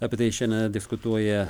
apie tai šiandie diskutuoja